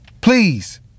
Please